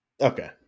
Okay